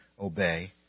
obey